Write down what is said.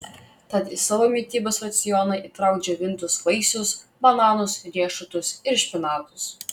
tad į savo mitybos racioną įtrauk džiovintus vaisius bananus riešutus ir špinatus